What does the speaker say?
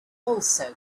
also